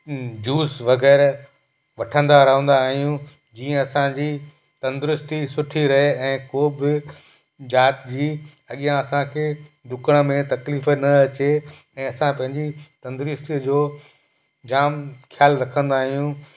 juice वग़ैरह वठंदा रहंदा आहियूं जीअं असांजी तंदुरुस्ती सुठी रहे ऐं को बि जाति जी अॻियां असांखे ॾुकण में तकलीफ़ न अचे ऐं असां पंहिंजी तंदुरुस्तीअ जो जाम ख़्याल रखंदा आहियूं